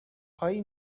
هایی